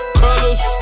colors